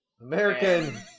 American